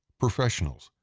professionals,